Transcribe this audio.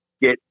get